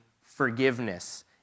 forgiveness